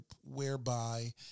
whereby